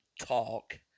talk